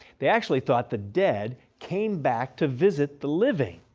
they actually thought the dead came back to visit the living,